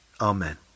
Amen